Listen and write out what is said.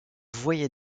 voyait